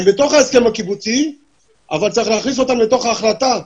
הם בתוך ההסכם הקיבוצי אבל צריך להכניס אותם לתוך ההחלטה.